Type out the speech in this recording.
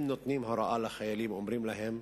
אם נותנים הוראה לחיילים, אומרים להם: